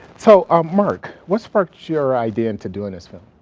so um mark, what sparked your idea into doing this film?